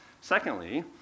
Secondly